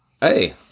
Hey